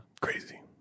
Crazy